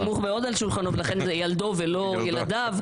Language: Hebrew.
סמוך מאוד ולכן זה ילדו ולא ילדיו.